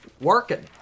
Working